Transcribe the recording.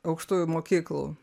aukštųjų mokyklų